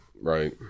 right